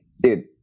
dude